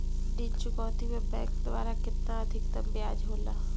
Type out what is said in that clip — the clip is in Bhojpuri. ऋण चुकौती में बैंक द्वारा केतना अधीक्तम ब्याज होला?